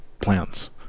plans